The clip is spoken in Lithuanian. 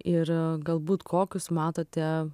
ir galbūt kokius matote